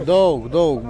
daug daug